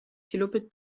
kilobit